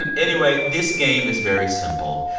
and anyway, this game is very simple.